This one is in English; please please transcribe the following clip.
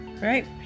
Right